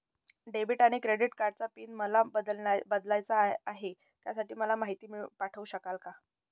Debit आणि credit कार्डचा PIN मला बदलायचा आहे, त्यासाठी मला माहिती पाठवू शकाल का?